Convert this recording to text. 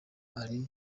ari